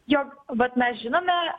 jog vat mes žinome